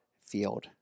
field